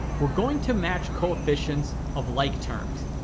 we're going to match coefficients of like terms,